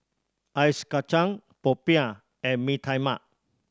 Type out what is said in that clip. ice kacang popiah and Mee Tai Mak